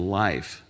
life